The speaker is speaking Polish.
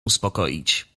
uspokoić